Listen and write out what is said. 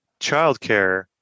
childcare